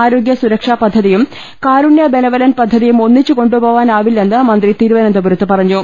ആരോഗ്യ സുരക്ഷാ പദ്ധതിയും കാരുണ്യ ബെനവലന്റ് പദ്ധതിയും ഒന്നിച്ച് കൊണ്ടുപോകാനാവി ല്ലെന്ന് മന്ത്രി തിരുവനന്തപുരത്ത് പറഞ്ഞു